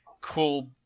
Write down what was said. cool